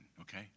okay